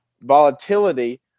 volatility